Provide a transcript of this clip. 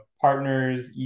partners